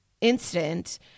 incident